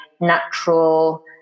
natural